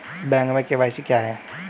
Bank में KYC क्या है?